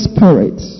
Spirit